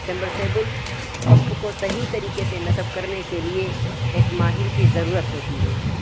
submersible pump کو صحیح طریقے سے نصب کرنے کے لیے ایک ماہر کی ضرورت ہوتی ہے